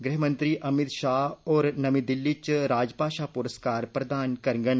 गृहमंत्री अमित शाह होर नमीं दिल्ली च राजभाषा पुरस्कार प्रदान करगंन